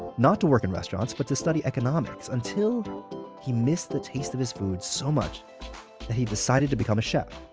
not to work in restaurants, but to study economics, until he missed the taste of his food so much that he decided to become a chef.